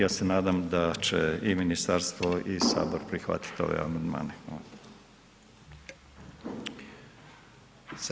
Ja se nadam da će i ministarstvo i Sabor prihvatiti ove amandmane, hvala.